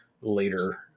later